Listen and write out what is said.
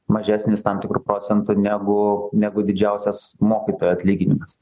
mažesnis tam tikru procentu negu negu didžiausias mokytojo atlyginimas